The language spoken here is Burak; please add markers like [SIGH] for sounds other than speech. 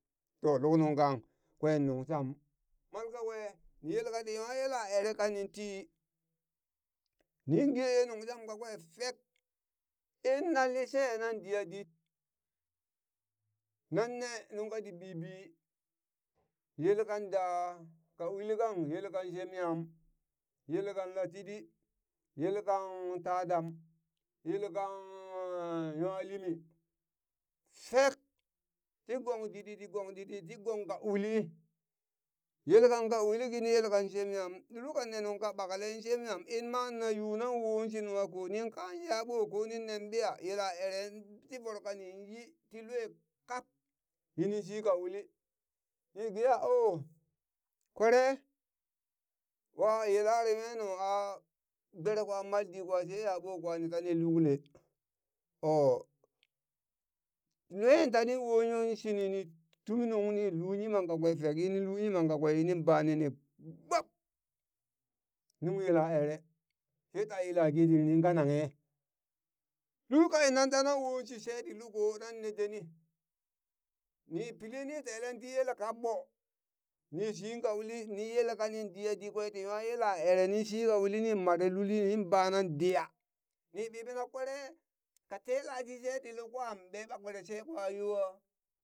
To luk nungkang kwen nung sham malkakwe yelka ti nwa yela ere kaning tii ning ge ye nung sham kakwe fek inna lishe nan diya dit nanne nungka ti bibi [NOISE] yelkan daa ka uli kang yelkan shemyam,, yelekan latiɗi yelekan tadam, yele kaan nwa limi fek ti gong ditdi ti gong ditdi ti gong ka uli yele kank uli kini yele kan shemyam, lul kanne nungka ɓakle shemyam inna na yu nan woshi nung kako nin kan yaɓo ko nan nen ɓiya yela ere ti voro ka ning yi ti lue kab yini shika uli ni ge a o kwere waye lare nwanu a gbere kwa maldi kwa she yaɓo kwa nitani lukle o nwuen tantin wo shini ni ni tum nung nin lu yimang kakwe fek yinin lu yimang kakwe fek yinin bani ni gbob nung yela ere she ta yelaki tin ɗinga nanghe lul ka inan tinan wo shi sheti luko nanne denni ni pili ni telen ti yele kabɓo ni shinka uli ni yele kan nin diya di kwe ti naw yela ere ni shika uli ni mare luli nin ba nan diya ni ɓiɓina kwere ka tela shi sheti lukwan ɓe ka kwere shekwa yoha?